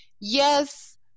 Yes